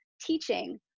teaching